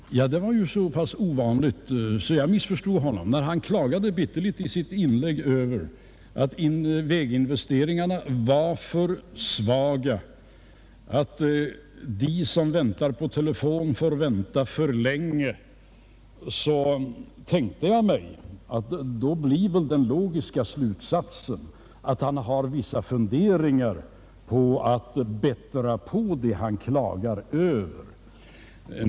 Det var så pass ovanligt att jag missförstod honom. När han i sitt inlägg bitterligen klagade över att väginvesteringarna var för låga och att de som väntar på telefon får vänta för länge tänkte jag mig att den logiska slutsatsen skulle vara att han har vissa funderingar på att förbättra det han klagar över.